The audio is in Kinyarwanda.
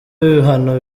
bihano